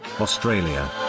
Australia